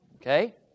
Okay